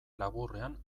laburrean